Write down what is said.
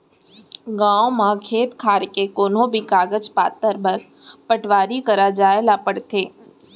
गॉंव म खेत खार के कोनों भी कागज पातर बर पटवारी करा जाए ल परथे